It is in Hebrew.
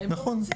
נכון.